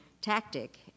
tactic